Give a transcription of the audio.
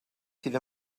sydd